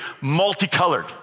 multicolored